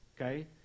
Okay